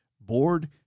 board